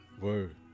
word